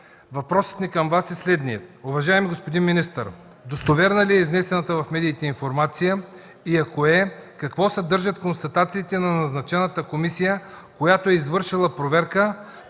въпросът ми към Вас е следният: уважаеми господин министър, достоверна ли е изнесената в медиите информация и ако е, какво съдържат констатациите на назначената комисия, която е извършила проверка?